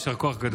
יישר כוח גדול.